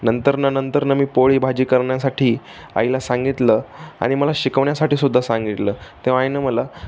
नंतर न नंतर न मी पोळी भाजी करण्यासाठी आईला सांगितलं आणि मला शिकवण्यासाठी सुद्धा सांगितलं तेव्हा आईनं मला